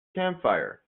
campfire